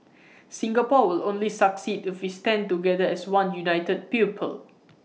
Singapore will only succeed if we stand together as one united people